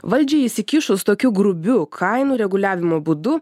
valdžiai įsikišus tokiu grubiu kainų reguliavimo būdu